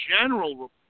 general